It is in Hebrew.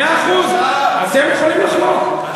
מאה אחוז, אתם יכולים לחלוק.